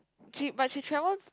she but she travels